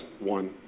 one